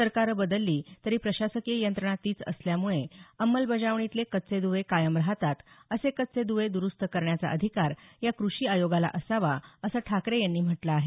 सरकारं बदलली तरी प्रशासकीय यंत्रणा तीच असल्यामुळे अंमलबजावणीतले कच्चे दवे कायम राहतात असे कच्चे दवे दरुस्त करण्याचा अधिकार या कृषी आयोगाला असावा ठाकरे यांनी म्हटलं आहे